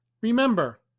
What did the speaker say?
Remember